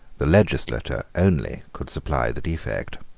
the legislature only could supply the defect.